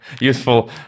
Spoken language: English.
useful